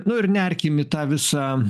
nu ir nerkim į tą visą